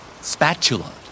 Spatula